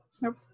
nope